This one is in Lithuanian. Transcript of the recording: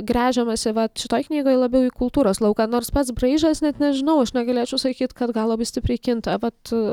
gręžiamasi vat šitoj knygoj labiau į kultūros lauką nors pats braižas net nežinau aš negalėčiau sakyt kad gal labai stipriai kinta vat